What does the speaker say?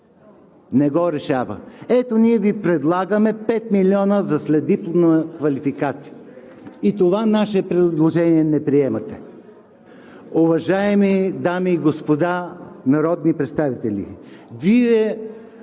Не го решава! Ето, ние Ви предлагаме 5 милиона за следдипломна квалификация. И това наше предложение не приемате. Уважаеми дами и господа народни представители,